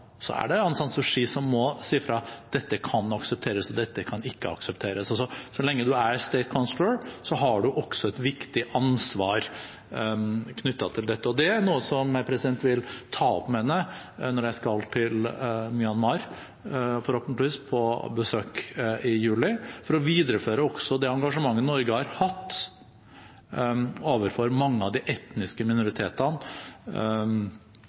så er det Aung San Suu Kyi som må si fra: Dette kan aksepteres, og dette kan ikke aksepteres. Så lenge man er «State Councellor, har man også et viktig ansvar knyttet til dette. Det er noe som jeg vil ta opp med henne når jeg forhåpentligvis skal til Myanmar på besøk i juli, også for å videreføre det engasjementet Norge har hatt overfor mange av de etniske